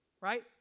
right